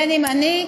בין שאני,